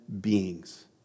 beings